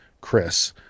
Chris